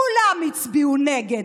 כולם הצביעו נגד.